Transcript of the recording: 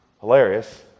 hilarious